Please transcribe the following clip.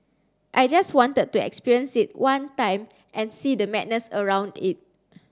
I just wanted to experience it one time and see the madness around it